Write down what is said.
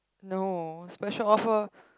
no special offer